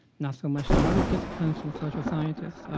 not so much from other disciplines and social scientists.